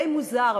די מוזר,